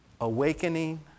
Awakening